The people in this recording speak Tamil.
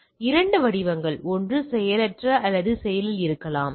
எனவே இரண்டு வடிவங்கள் ஒன்று செயலற்ற அல்லது செயலில் இருக்கலாம்